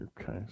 Okay